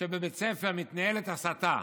שבבית ספר מתנהלת הסתה